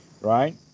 right